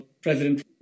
president